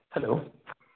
hello